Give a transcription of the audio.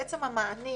עצם המענים